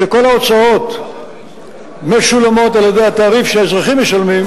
שכל ההוצאות משולמות על-ידי התעריף שהאזרחים משלמים,